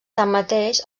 tanmateix